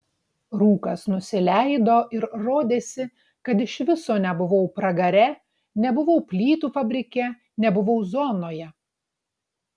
rūkas nusileido ir rodėsi kad iš viso nebuvau pragare nebuvau plytų fabrike nebuvau zonoje